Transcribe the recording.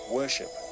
worship